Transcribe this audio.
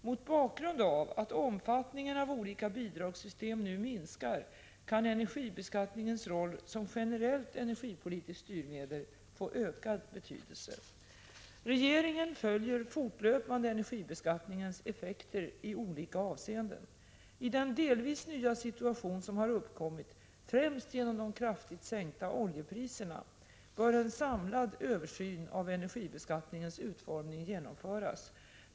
Mot bakgrund av att omfattningen av olika bidragssystem nu minskar kan energibeskattningens roll som generellt energipolitiskt styrmedel få ökad betydelse. Regeringen följer fortlöpande energibeskattningens effekter i olika avseenden. I den delvis nya situation som har uppkommit, främst genom de kraftigt sänkta oljepriserna, bör en samlad översyn av energibeskattningens utformning genomföras.